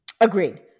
Agreed